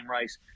race